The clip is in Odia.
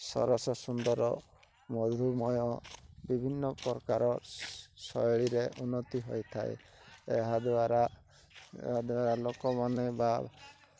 ସରସ ସୁନ୍ଦର ମଧୁମୟ ବିଭିନ୍ନ ପ୍ରକାର ଶୈଳୀରେ ଉନ୍ନତି ହୋଇଥାଏ ଏହାଦ୍ୱାରା ଏହାଦ୍ୱାରା ଲୋକମାନେ ବା